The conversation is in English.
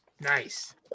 Nice